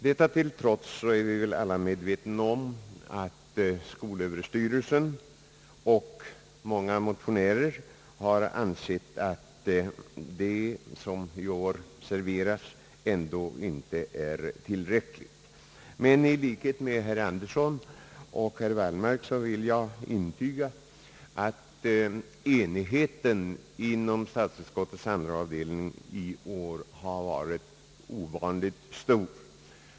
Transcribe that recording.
Detta till trots är vi alla medvetna om att skolöverstyrelsen och många motionärer har ansett, att det som i år serverats ändå inte är tillräckligt. I likhet med herr Andersson och herr Wallmark vill jag intyga att enigheten inom statsutskottets andra avdelning i år har varit ovanligt stor.